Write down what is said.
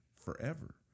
forever